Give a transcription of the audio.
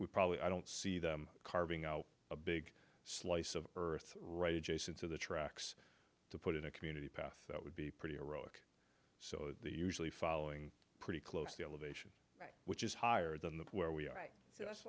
would probably i don't see them carving out a big slice of earth right adjacent to the tracks to put in a community path that would be pretty ironic so they usually following pretty close the elevation which is higher than that where we are right